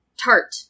tart